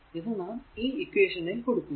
ഇത് നാം ഈ ഇക്വേഷനിൽ കൊടുക്കുക